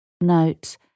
note